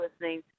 listening